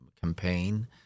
campaign